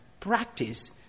practice